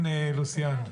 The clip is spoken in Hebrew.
כן, לוסיאן.